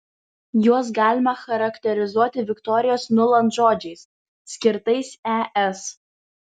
juos galima charakterizuoti viktorijos nuland žodžiais skirtais es